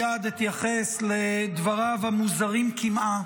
מיד אתייחס לדברים המוזרים-קמעה